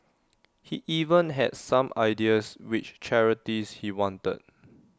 he even had some ideas which charities he wanted